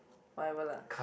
whatever lah